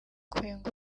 kwenga